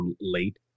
late